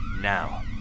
Now